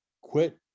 quit